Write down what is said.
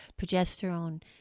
progesterone